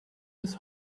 his